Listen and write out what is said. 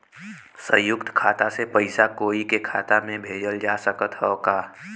संयुक्त खाता से पयिसा कोई के खाता में भेजल जा सकत ह का?